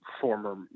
former